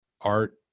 art